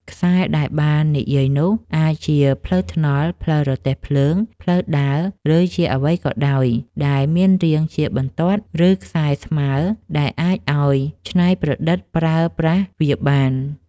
ខ្សែ ដែលបាននិយាយនោះ អាចជាផ្លូវថ្នល់ ផ្លូវរទេះភ្លើង ផ្លូវដើរ ឬជាអ្វីក៏ដោយ ដែលមានរាងជាបន្ទាត់ ឬខ្សែស្មើរ ដែលអាចឱ្យច្នៃប្រឌិតប្រើប្រាស់វាបាន។